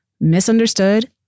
misunderstood